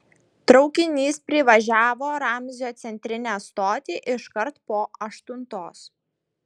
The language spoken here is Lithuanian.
traukinys privažiavo ramzio centrinę stotį iškart po aštuntos